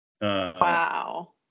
Wow